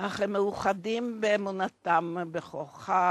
אך הן מאוחדות באמונתן בכוחה